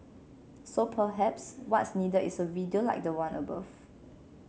so perhaps what's needed is a video like the one above